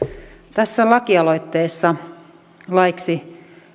tässä lakialoitteessa laeiksi